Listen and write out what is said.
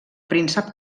príncep